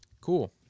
Cool